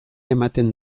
ematen